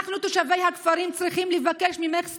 אנחנו, תושבי הכפרים, צריכים לבקש ממך סליחה.